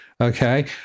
okay